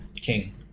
king